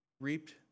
reaped